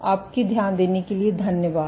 आपके ध्यान देने के लिए धन्यवाद